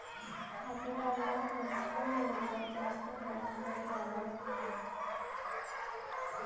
खातेदाराला पर्सनल लोनवर जास्त व्याज दर द्यावा लागतो